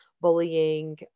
bullying